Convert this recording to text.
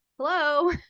hello